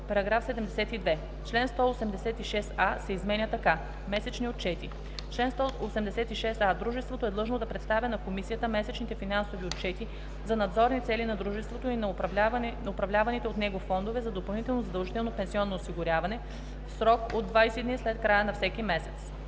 § 72. „§ 72.Член 186а се изменя така: „Месечни отчети Чл. 186а. Дружеството е длъжно да представя на комисията месечните финансови отчети за надзорни цели на дружеството и на управляваните от него фондове за допълнително задължително пенсионно осигуряване в срок до 20 дни след края на всеки месец.”